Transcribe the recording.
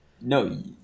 No